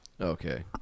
Okay